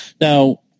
Now